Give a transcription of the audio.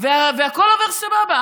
והכול עובר סבבה.